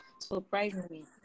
surprisingly